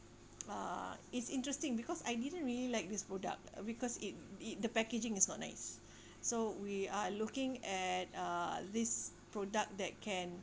uh it's interesting because I didn't really like this product because it it the packaging is not nice so we are looking at uh this product that can